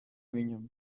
viņam